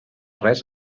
res